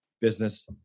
business